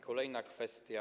Kolejna kwestia.